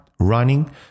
running